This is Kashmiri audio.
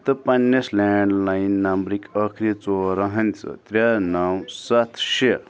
تہٕ پننِس لینٛڈ لاین نمبرٕکۍ ٲخٕری ژور ہنٛدسہٕ ترٛےٚ نَو ستھ شےٚ